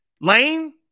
Lane